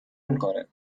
میکنه